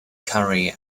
curry